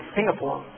Singapore